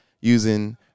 using